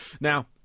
now